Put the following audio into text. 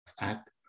Act